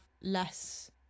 less